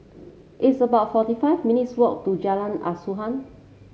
it's about forty five minutes walk to Jalan Asuhan